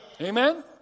Amen